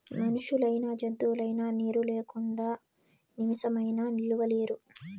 మనుషులైనా జంతువులైనా నీరు లేకుంటే నిమిసమైనా నిలువలేరు